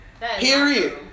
Period